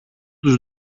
τους